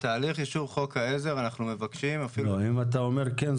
בתהליך אישור חוק העזר אנחנו מבקשים --- אם אתה אומר כן,